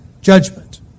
judgment